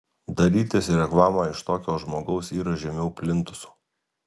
darytis reklamą iš tokio žmogaus yra žemiau plintuso